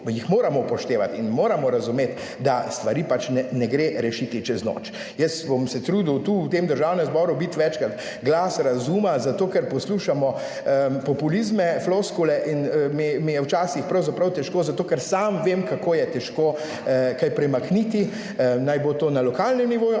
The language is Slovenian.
jih moramo upoštevati in moramo razumeti, da stvari pač ne gre rešiti čez noč. Jaz bom se trudil tu v tem Državnem zboru biti večkrat glas razuma, zato ker poslušamo populizme, floskule in mi je včasih pravzaprav težko, zato ker sam vem, kako je težko kaj premakniti, naj bo to na lokalnem nivoju